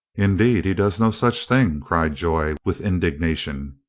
indeed, he does no such thing! cried joy with indignation.